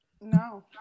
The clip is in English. No